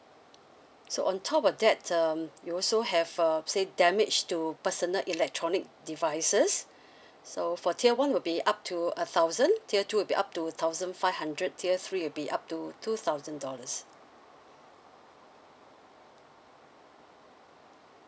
so on top of that um you also have uh say damage to personal electronic devices so for tier one will be up to a thousand tier two will be up to thousand five hundred tier three will be up to two thousand dollars